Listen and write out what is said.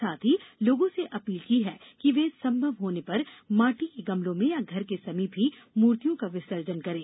साथ ही लोगों से अपील की है कि वे संभव होने पर माटी गमलों में या घर के समीप ही मूर्तियों का विसर्जन करें